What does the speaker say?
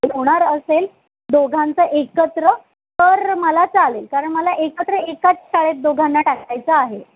होणार असेल दोघांचं एकत्र तर मला चालेल कारण मला एकत्र एकाच शाळेत दोघांना टाकायचं आहे